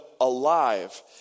alive